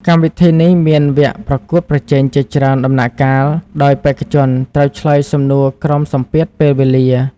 កម្មវិធីនេះមានវគ្គប្រកួតប្រជែងជាច្រើនដំណាក់កាល ដោយបេក្ខជនត្រូវឆ្លើយសំណួរក្រោមសម្ពាធពេលវេលា។